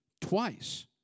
twice